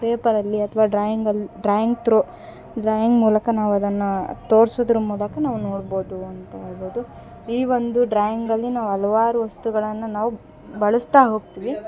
ಪೇಪರಲ್ಲಿ ಅಥ್ವ ಡ್ರಾಯಿಂಗಲ್ಲಿ ಡ್ರಾಯಿಂಗ್ ತ್ರೋ ಡ್ರಾಯಿಂಗ್ ಮೂಲಕ ನಾವು ಅದನ್ನು ತೋರ್ಸೋದ್ರ್ ಮೂಲಕ ನಾವು ನೋಡ್ಬೌದು ಅಂತ ಹೇಳ್ಬೌದು ಈ ಒಂದು ಡ್ರಾಯಿಂಗಲ್ಲಿ ನಾವು ಹಲ್ವಾರು ವಸ್ತುಗಳನ್ನು ನಾವು ಬಳಸ್ತಾ ಹೋಗ್ತಿವಿ